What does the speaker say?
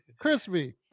Crispy